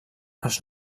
els